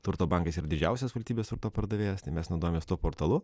turto bankas yra didžiausias valstybės turto pardavėjas tai mes naudojamės tuo portalu